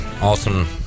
Awesome